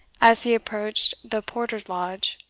as he approached the porter's lodge,